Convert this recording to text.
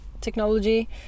technology